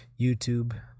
YouTube